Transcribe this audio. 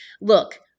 Look